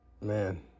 man